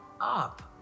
up